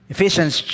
Ephesians